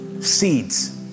seeds